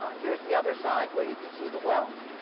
um here's the other side, where you can see the wells.